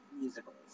musicals